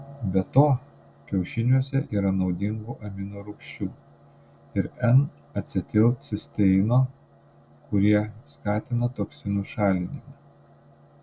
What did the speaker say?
be to kiaušiniuose yra naudingų aminorūgščių ir n acetilcisteino kurie skatina toksinų šalinimą